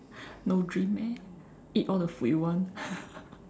no dream eh eat all the food you want